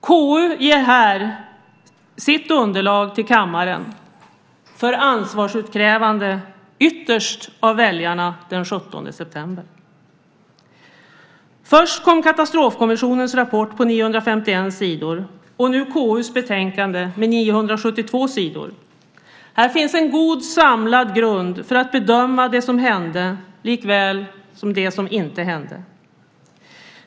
KU ger här sitt underlag till kammaren för ansvarsutkrävande, ytterst av väljarna den 17 september. Först kom Katastrofkommissionens rapport på 951 sidor och nu KU:s betänkande på 972 sidor. Här finns en god samlad grund för att bedöma det som hände likväl det som inte hände.